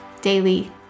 daily